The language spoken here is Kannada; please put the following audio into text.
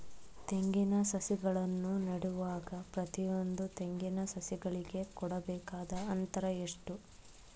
ತೆಂಗಿನ ಸಸಿಗಳನ್ನು ನೆಡುವಾಗ ಪ್ರತಿಯೊಂದು ತೆಂಗಿನ ಸಸಿಗಳಿಗೆ ಕೊಡಬೇಕಾದ ಅಂತರ ಎಷ್ಟು?